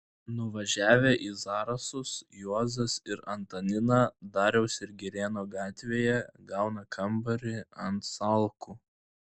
nuvažiavę į zarasus juozas ir antanina dariaus ir girėno gatvėje gauna kambarį ant salkų